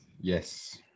Yes